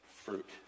fruit